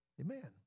Amen